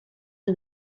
are